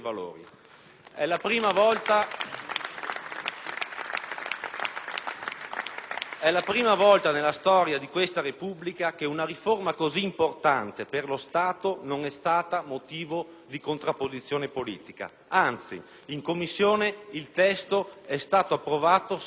È la prima volta nella storia di questa Repubblica che una riforma così importante per lo Stato non è stata motivo di contrapposizione politica. Anzi, in Commissione, il testo è stato approvato senza nessun voto contrario. Non era mai successo.